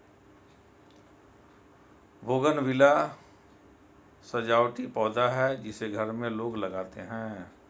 bougainvillea सजावटी पौधा है जिसे घर में लोग लगाते हैं